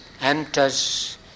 enters